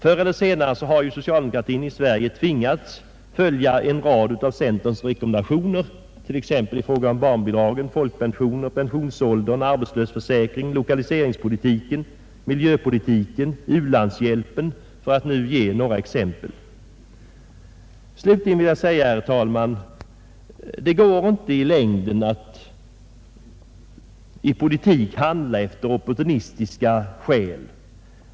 Förr eller senare har ju socialdemokratin i Sverige tvingats följa en rad av centerns rekommendationer, t.ex. i fråga om barnbidragen, folkpensionerna, pensionsåldern, arbetslöshetsförsäkringen, lokaliseringspolitiken, miljöpolitiken och u-landshjälpen, för att nu ge några exempel. Slutligen vill jag, herr talman, framhålla att det i längden inte går att i politiken handla av opportunistiska skäl.